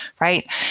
Right